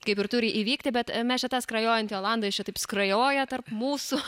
kaip ir turi įvykti bet mes čia tą skrajojantį olandą jis čia taip skrajoja tarp mūsų